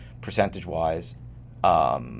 percentage-wise